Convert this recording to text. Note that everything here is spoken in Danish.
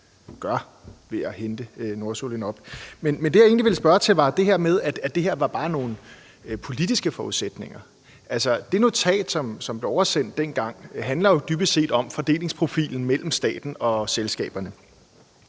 ved at hente nordsøolien op. Men det, jeg egentlig vil spørge til, er det her med, at det bare var nogle politiske forudsætninger. Altså, det notat, som blev oversendt dengang, handlede jo dybest set om fordelingsprofilen mellem staten og selskaberne.